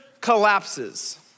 collapses